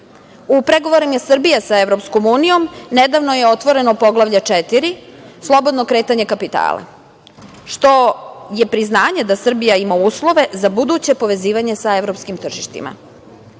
pregovorima Srbije sa EU nedavno je otvoreno Poglavlje 4 – slobodno kretanje kapitala, što je priznanje da Srbija ima uslove za buduće povezivanje sa evropskim tržištima,